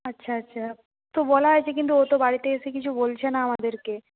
আচ্ছা আচ্ছা তো বলা হয়েছে কিন্তু ও তো বাড়িতে এসে কিছু বলছে না আমাদেরকে